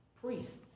Priests